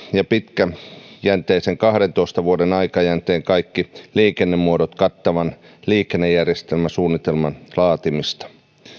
ja pitkäjänteisen kahdentoista vuoden aikajänteen kaikki liikennemuodot kattavan liikennejärjestelmäsuunnitelman laatimisesta valiokunta